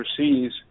overseas